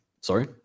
Sorry